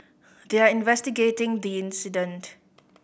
they are investigating the incident